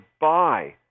buy